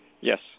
Yes